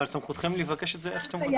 אבל סמכותכם לבקש את זה איך שאתם רוצים.